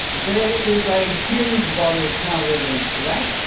there is a huge body of counterevidence to that.